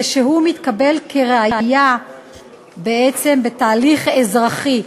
והוא מתקבל כראיה בעצם בתהליך אזרחי,